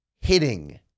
hitting